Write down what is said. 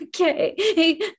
okay